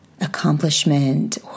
accomplishment